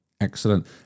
Excellent